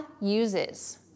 uses